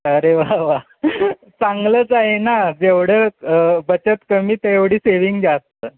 अरे वा चांगलंच आहे ना जेवढं बचत कमी तेवढी सेविंग जास्त